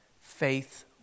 faith